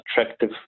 attractive